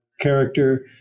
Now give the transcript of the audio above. character